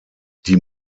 die